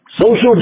social